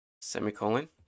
semicolon